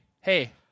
hey